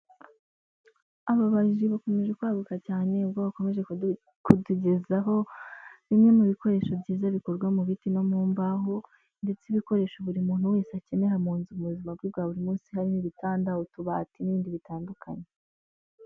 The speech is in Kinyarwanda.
Ababaji bakomeje kwaguka cyane ubwo bakomeje kudugezaho bimwe mu bikoresho byiza bikorwa mu biti no mu mbaho, ndetse ibikoresho buri muntu wese akenera mu nzu mu buzima bwe bwa buri munsi, harimo ibitanda, utubati, n'ibindi bitandukanye.